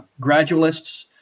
gradualists